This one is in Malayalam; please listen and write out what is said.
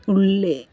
ഉള്ളി